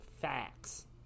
Facts